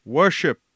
worship